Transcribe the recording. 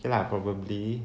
okay lah probably